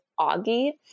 Augie